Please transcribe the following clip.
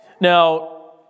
Now